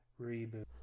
reboot